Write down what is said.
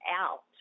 out